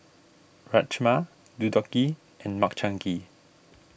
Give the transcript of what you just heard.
Rajma Deodeok Gui and Makchang Gui